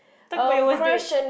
talk about your worst date